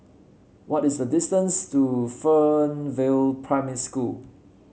what is the distance to Fernvale Primary School